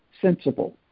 sensible